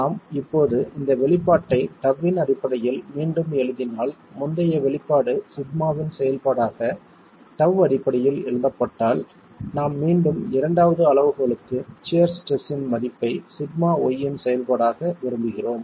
நாம் இப்போது இந்த வெளிப்பாட்டை τ இன் அடிப்படையில் மீண்டும் எழுதினால் முந்தைய வெளிப்பாடு σ இன் செயல்பாடாக τ அடிப்படையில் எழுதப்பட்டதால் நாம் மீண்டும் இரண்டாவது அளவுகோலுக்கு சியர் ஸ்ட்ரெஸ் இன் மதிப்பை σy இன் செயல்பாடாக விரும்புகிறோம்